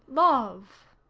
love.